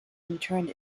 interned